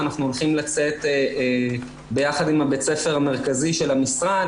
אנחנו הולכים לצאת ביחד עם בית-הספר המרכזי של המשרד,